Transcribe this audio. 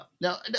Now